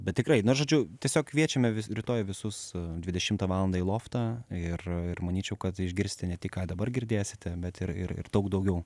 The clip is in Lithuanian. bet tikrai na žodžiu tiesiog kviečiame rytoj visus dvidešimtą valandą įloftą ir ir manyčiau kad išgirsti ne tik ką dabar girdėsite bet ir ir daug daugiau